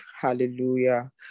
Hallelujah